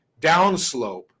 downslope